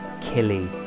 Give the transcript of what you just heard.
Killy